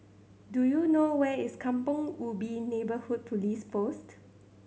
do you know where is Kampong Ubi Neighbourhood Police Post